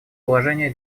положение